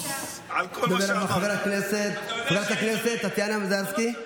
חברת הכנסת טטיאנה מזרסקי,